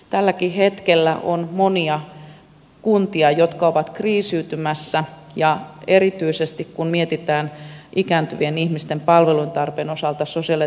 tälläkin hetkellä on monia kuntia jotka ovat kriisiytymässä erityisesti kun mietitään ikääntyvien ihmisten palvelutarpeen osalta sosiaali ja terveyspalveluiden rahoittamista